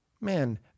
Man